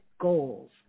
goals